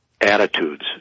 attitudes